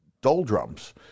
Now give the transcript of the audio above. doldrums